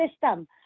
system